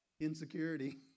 Insecurity